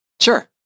Sure